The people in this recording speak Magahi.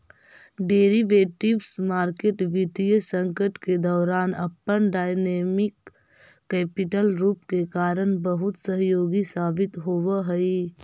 डेरिवेटिव्स मार्केट वित्तीय संकट के दौरान अपन डायनेमिक कैपिटल रूप के कारण बहुत सहयोगी साबित होवऽ हइ